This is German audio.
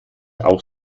auch